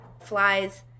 flies